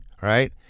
right